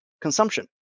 consumption